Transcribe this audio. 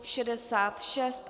66.